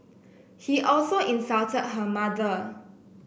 he also insulted her mother